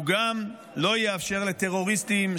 הוא גם לא יאפשר לטרוריסטים,